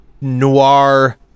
noir